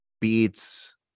beats